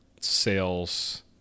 sales